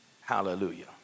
Hallelujah